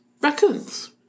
raccoons